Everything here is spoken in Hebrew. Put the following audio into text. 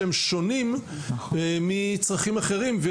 שהם שונים מצרכים אחרים.